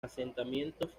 asentamientos